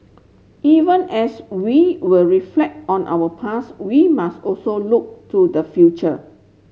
even as we will reflect on our past we must also look to the future